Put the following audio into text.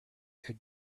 had